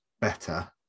better